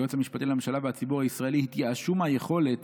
היועץ המשפטי לממשלה והציבור הישראלי התייאשו מהיכולת